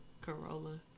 Corolla